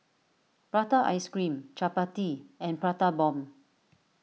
Prata Ice Cream Chappati and Prata Bomb